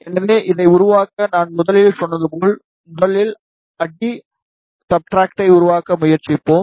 எனவே இதை உருவாக்க நான் முதலில் சொன்னது போல் முதலில் அடி சப்ஸ்ட்ரட்டை உருவாக்க முயற்சிப்போம்